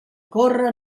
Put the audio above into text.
corre